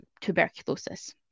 tuberculosis